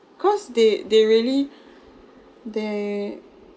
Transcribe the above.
cause they they really they